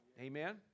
Amen